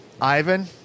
Ivan